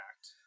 act